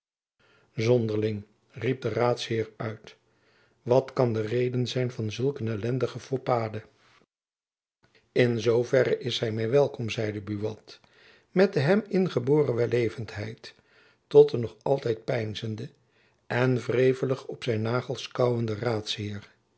zonderling riep de raadsheer uit wat kan de reden zijn van zulk een ellendige foppaadje in zoo verre is zy my welkom zeide buat met de hem ingeboren wellevendheid tot den nog altijd peinzenden en wrevelig op zijn nagels knaauwenden raadsheer